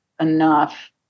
enough